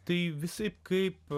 tai visai kaip